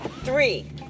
Three